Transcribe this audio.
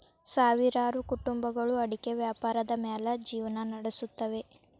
ಸಾವಿರಾರು ಕುಟುಂಬಗಳು ಅಡಿಕೆ ವ್ಯಾಪಾರದ ಮ್ಯಾಲ್ ಜಿವ್ನಾ ನಡಸುತ್ತವೆ